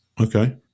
Okay